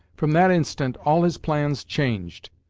from that instant all his plans changed.